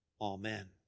Amen